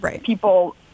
people